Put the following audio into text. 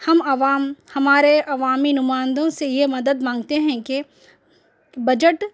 ہم عوام ہمارے عوامی نمائندوں سے یہ مدد مانگتے ہیں کہ بجٹ